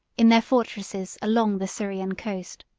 in their fortresses along the syrian coast.